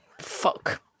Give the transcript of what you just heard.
Fuck